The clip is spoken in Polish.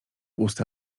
usta